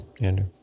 Andrew